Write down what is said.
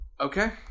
Okay